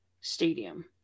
stadium